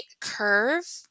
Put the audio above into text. curve